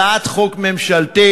הצעת חוק ממשלתית,